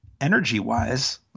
energy-wise